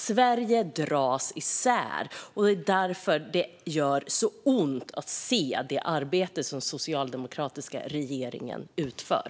Sverige dras isär, och det är därför det gör så ont att se det arbete som den socialdemokratiska regeringen utför.